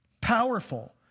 Powerful